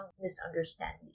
misunderstanding